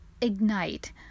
ignite